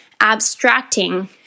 abstracting